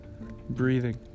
breathing